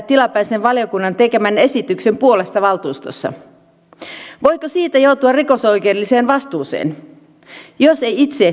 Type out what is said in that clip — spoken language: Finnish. tilapäisen valiokunnan tekemän esityksen puolesta valtuustossa voiko siitä joutua rikosoikeudelliseen vastuuseen jos ei itse